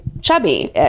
chubby